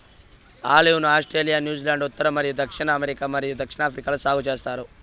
olive ను Australia, New Zealand, ఉత్తర మరియు దక్షిణ అమెరికా మరియు దక్షిణాఫ్రికాలో సాగు చేస్తారు